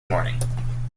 morning